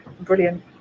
brilliant